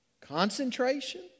concentration